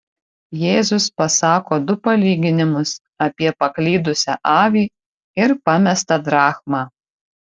jėzus pasako du palyginimus apie paklydusią avį ir pamestą drachmą